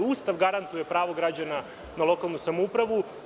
Ustav garantuje pravo građana na lokalnu samoupravu.